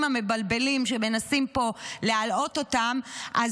המבלבלים שמנסים פה להלאות אותם בהם,